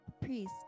priest